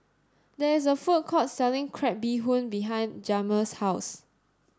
there is a food court selling crab bee hoon behind Jamir's house